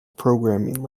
programming